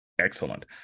excellent